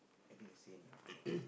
I think the same lah four